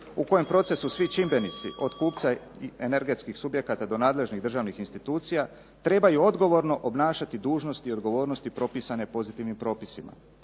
u kojem procesu svi čimbenici od kupca energetskih subjekata do nadležnih državnih institucija trebaju odgovorno obnašati dužnosti i odgovornosti propisane pozitivnim propisima